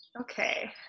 Okay